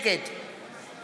נגד